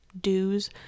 dues